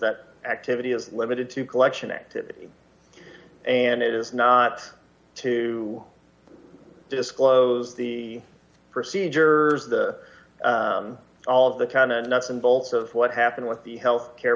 that activity is limited to collection activity and it is not to disclose the procedures the all of the time and nuts and bolts of what happened with the health care